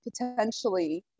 potentially